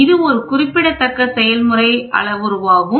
இது ஒரு குறிப்பிடத்தக்க செயல்முறை அளவுருவாகும்